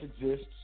exists